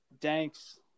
Thanks